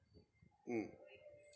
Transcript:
mm